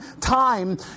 time